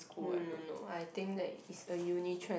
no no no I think that it's a uni trend